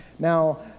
Now